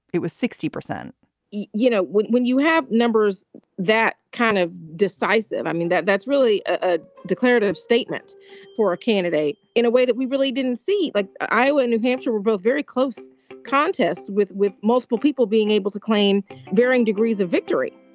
it was sixty percent you know, when when you have numbers that kind of decisive, i mean, that that's really a declarative statement for a candidate in a way that we really didn't see. like iowa and new hampshire were both very close contests with with multiple people being able to claim varying degrees of victory